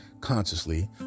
consciously